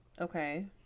Okay